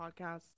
podcast